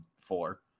four